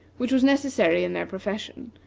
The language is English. which was necessary in their profession,